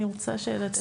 אני רוצה לתת להם.